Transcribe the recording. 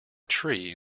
tree